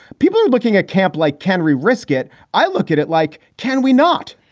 people looking at camp like can re risk it. i look at it like, can we not?